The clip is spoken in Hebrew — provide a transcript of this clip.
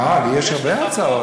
אה, לי יש הרבה הצעות.